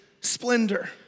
splendor